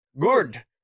Good